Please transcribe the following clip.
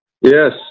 Yes